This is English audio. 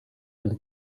and